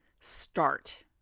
start